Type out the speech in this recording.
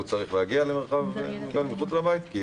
והוא צריך להגיע למרחב מוגן מחוץ לבית?